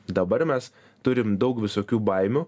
dabar mes turim daug visokių baimių